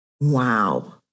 Wow